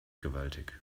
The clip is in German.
gewaltig